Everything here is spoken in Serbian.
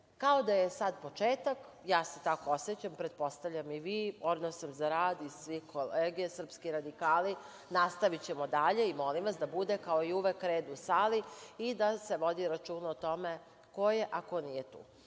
kao da je sad početak, ja se tako osećam, pretpostavljam i vi, orna sam za rad i sve kolege srpski radikali. Nastavićemo dalje i molim vas da bude kao i uvek red u sali i da se vodi računa o tome ko je, a ko nije